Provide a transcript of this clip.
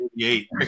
eight